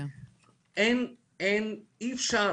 אי-אפשר